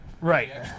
Right